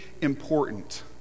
important